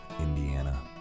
Indiana